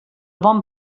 bon